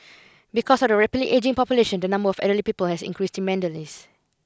because of the rapidly ageing population the number of elderly people has increased tremendous